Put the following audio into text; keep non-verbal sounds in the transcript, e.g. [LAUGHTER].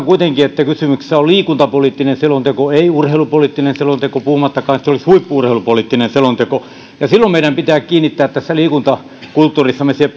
[UNINTELLIGIBLE] kuitenkin että kysymyksessä on liikuntapoliittinen selonteko ei urheilupoliittinen selonteko puhumattakaan että se olisi huippu urheilupoliittinen selonteko silloin meidän pitää kiinnittää tässä liikuntakulttuurissamme huomiota siihen [UNINTELLIGIBLE]